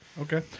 Okay